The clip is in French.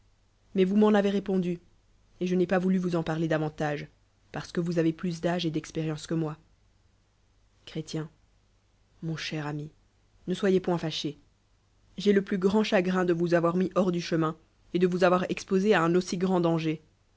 mais vous u'cn avcz épondu el je n'ai pas voulu vous cn parler davantage parce que vous avez plus d'âge et d'expérience que moi chrét mon chcr ami ne soyez poiit fâché j'ai le plus grand chagrin de vous avoir mis hors du chsmin et de vous avoir exposé à un aussi grand danger